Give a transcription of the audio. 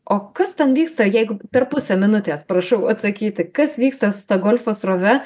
o kas ten vyksta jeigu per pusę minutės prašau atsakyti kas vyksta su ta golfo srove